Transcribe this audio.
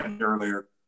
earlier